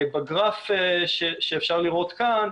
בגרף שאפשר לראות כאן,